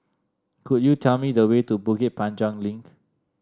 could you tell me the way to Bukit Panjang Link